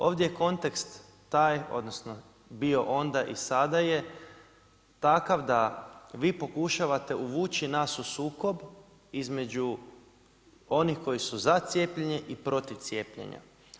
Ovdje je kontekst taj odnosno bio onda i sada je takav da vi pokušavate uvući nas u sukob između onih koji su za cijepljenje i protiv cijepljenja.